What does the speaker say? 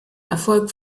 erfolg